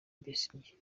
besigye